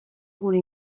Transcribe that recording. gure